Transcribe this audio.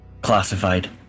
classified